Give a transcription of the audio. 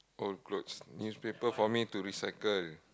old clothes newspaper for me to recycle